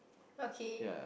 okay